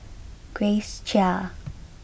Grace Chia